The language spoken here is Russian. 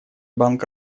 банк